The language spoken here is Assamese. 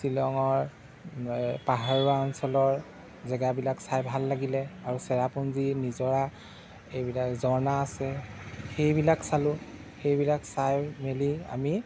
শ্বিলংৰ পাহাৰুৱা অঞ্চলৰ জেগাবিলাক চাই ভাল লাগিলে আৰু চেৰাপুঞ্জী নিজৰা এইবিলাক ঝৰ্ণা আছে সেইবিলাক চালোঁ সেইবিলাক চাই মেলি আমি